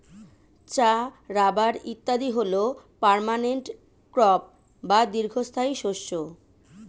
চা, রাবার ইত্যাদি হল পার্মানেন্ট ক্রপ বা দীর্ঘস্থায়ী শস্য